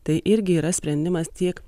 tai irgi yra sprendimas tiek